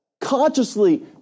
consciously